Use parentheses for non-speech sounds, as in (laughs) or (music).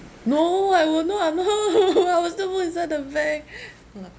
no I will no I'm not (laughs) I will still put inside the bank (laughs) no lah